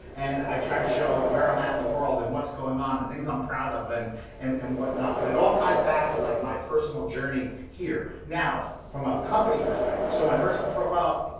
and i try to show where i'm at in the world and what's going on, and things i'm proud of and and whatnot, but it all ties back to like my personal journey here. now, from a company perspective, so my personal profile,